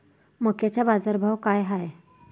मक्याचा बाजारभाव काय हाय?